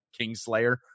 Kingslayer